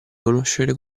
conoscere